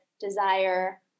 desire